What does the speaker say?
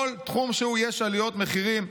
בכל תחום יש עליות מחירים.